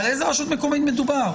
על איזה רשות מקומית מדובר?